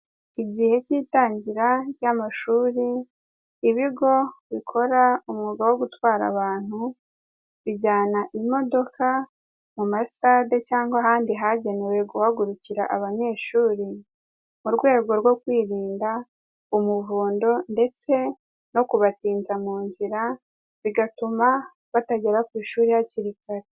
Igihe cy'itangira ry'amashuri ibigo bikora umwuga wo gutwara abantu bijyana imodoka mu ma sitade cyangwa ahandi hagenewe guhagurukira abanyeshuri, mu rwego rwo kwirinda umuvundo ndetse no kubatinza mu nzira bigatuma batagera ku ishuri hakiri kare.